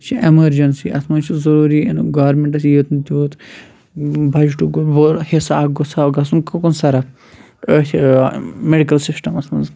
یہِ چھِ ایٚمَرجَنسی اَتھ منٛز چھِ ضُروٗری ٲں گورمِنٹَس یوٗت نہٕ تیٛوٗت بَجٹُک حصہٕ اَکھ گوٚھ ہاو گژھُن کُکُن صرف أتھۍ ٲں میٚڈِکٕل سِسٹَمَس منٛز